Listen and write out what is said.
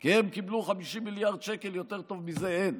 כי הם קיבלו 50 מיליארד שקל, יותר טוב מזה אין.